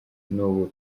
n’ubu